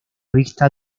vista